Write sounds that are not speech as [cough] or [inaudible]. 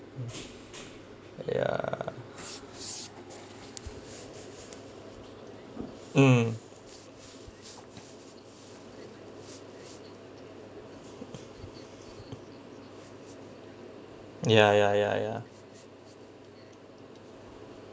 ya [noise] mm ya ya ya ya